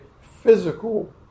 physical